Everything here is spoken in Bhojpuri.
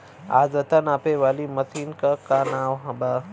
आद्रता नापे वाली मशीन क का नाव बा?